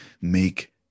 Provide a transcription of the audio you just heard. make